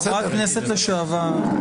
היא חברת כנסת לשעבר.